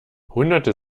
hunderte